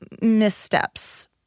missteps